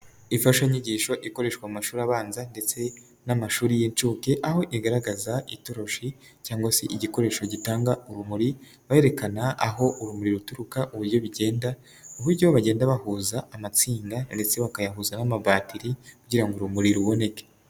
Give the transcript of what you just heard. Imfashanyigisho ikoreshwa mu mashuri abanza ndetse n'amashuri y'incuke, aho igaragaza itoroshi cyangwa se igikoresho gitanga urumuri, berekana aho urumuri ruturuka, uburyo bigenda, uburyo bagenda bahuza amasinga ndetse bakayahuza n'amabatiri kugira ngo urumuri ruboneke.